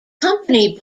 company